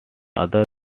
another